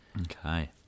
Okay